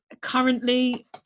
currently